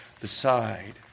decide